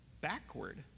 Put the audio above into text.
backward